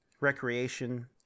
Recreation